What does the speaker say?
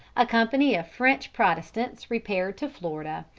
a company of french protestants repaired to florida,